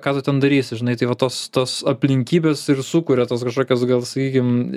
ką tu ten darysi žinai tai va tos tos aplinkybės ir sukuria tos kažkokias gal sakykim